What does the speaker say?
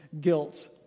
guilt